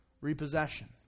repossession